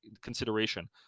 consideration